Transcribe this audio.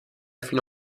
fino